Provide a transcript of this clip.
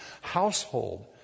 household